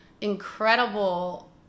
incredible